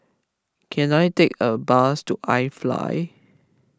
can I take a bus to iFly